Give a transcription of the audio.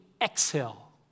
exhale